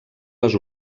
les